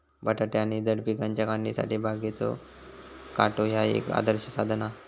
बटाटे आणि जड पिकांच्या काढणीसाठी बागेचो काटो ह्या एक आदर्श साधन हा